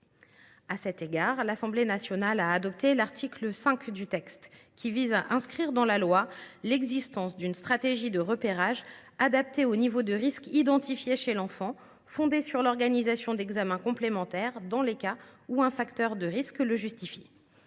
À cet égard, l’Assemblée nationale a adopté l’article 5 du texte, qui vise à inscrire dans la loi l’existence d’une stratégie de repérage adaptée au niveau de risque identifié chez l’enfant et fondée sur l’organisation d’examens complémentaires dans les cas où un facteur de risque le justifie.